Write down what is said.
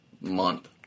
month